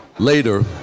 Later